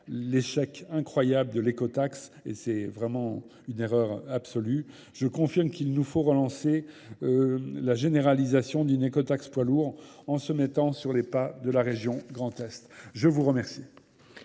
l'échec incroyable de l'écotaxe et c'est vraiment une erreur absolue. Je confirme qu'il nous faut relancer la généralisation d'une écotaxe poiloure en se mettant sur les pas de la région Grand-Est. Je vous remercie.